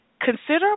consider